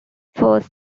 first